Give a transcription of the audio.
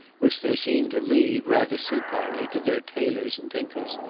which they seem to leave rather supinely to their tailors and tinkers,